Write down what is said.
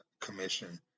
Commission